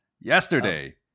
yesterday